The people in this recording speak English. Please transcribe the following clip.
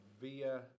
via